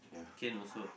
can also